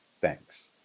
Thanks